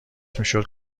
میشد